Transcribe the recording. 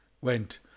Went